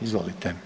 Izvolite.